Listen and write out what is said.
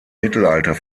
mittelalter